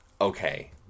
okay